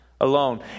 Alone